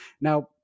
Now